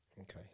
Okay